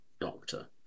doctor